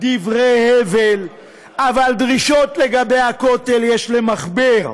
אבל דרישות לגבי הכותל יש למכביר.